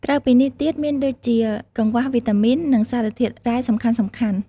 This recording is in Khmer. ក្រៅពីនេះទៀតមានដូចជា កង្វះវីតាមីន និងសារធាតុរ៉ែសំខាន់ៗ ។